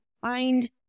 find